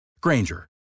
Granger